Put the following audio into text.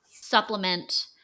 supplement